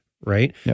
right